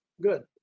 Good